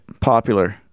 Popular